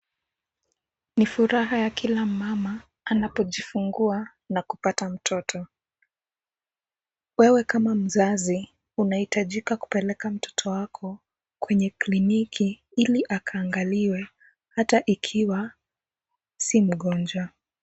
Ni furaha ya kila mama anapojifungua na kupata mtoto. Wewe kama mzazi unahitajika kupeleka mtoto wako kwenye kliniki, ili akaangaliwe hata ikiwa si mgonjwa.